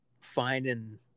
finding